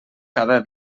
cada